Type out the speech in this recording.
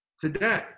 Today